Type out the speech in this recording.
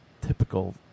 typical